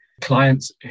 Clients